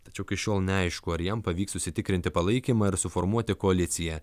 tačiau iki šiol neaišku ar jam pavyks užsitikrinti palaikymą ir suformuoti koaliciją